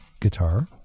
guitar